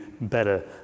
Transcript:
better